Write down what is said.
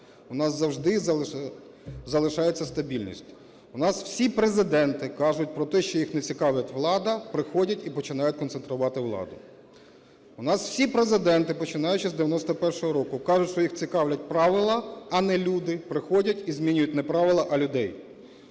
У нас завжди залишається стабільність, у нас всі президенти кажуть про те, що їх не цікавить влада – приходять і починають концентрувати владу. У нас всі президенти, починаючи з 1991 року, кажуть, що їх цікавлять правила, а не люди – приходять і змінюю не правила, а людей.